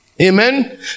Amen